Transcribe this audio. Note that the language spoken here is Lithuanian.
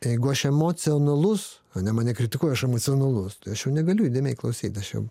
jeigu aš emocionalus ane mane kritikuoja aš emocionalus tai aš jau negaliu įdėmiai klausyt aš jau